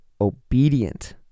obedient